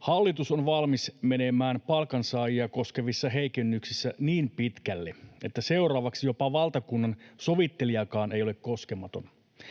Hallitus on valmis menemään palkansaajia koskevissa heikennyksissä niin pitkälle, että seuraavaksi jopa valtakunnansovittelijakaan ei ole koskematon.